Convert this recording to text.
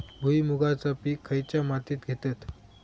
भुईमुगाचा पीक खयच्या मातीत घेतत?